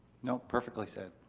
no, perfectly said.